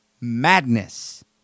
madness